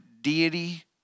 deity